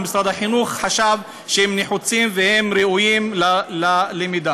או משרד החינוך חשב שהם נחוצים והם ראויים ללמידה.